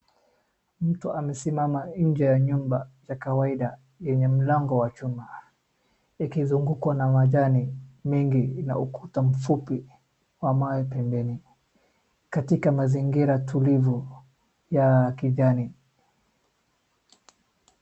Mtu amesimama nje ya nyumba cha kawaida yenye mlango wa chuma ikizungukwa na majani mengi na ukuta mfupi ambao pembeni katika mazingira tulivu ya kijani.